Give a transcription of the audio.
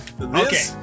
Okay